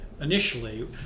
initially